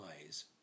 eyes